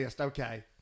Okay